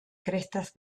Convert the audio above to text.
crestas